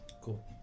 Cool